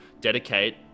dedicate